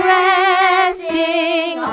resting